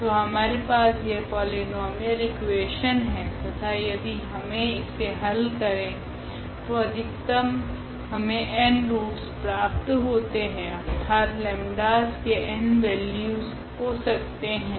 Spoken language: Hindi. तो हमारे पास यह पोलिनोमियल इकुवेशन है तथा यदि हमे इसे हल करे तो अधिकतम हमे n रूटस प्राप्त होते है अर्थात 𝜆's के n वैल्यूस हो सकते है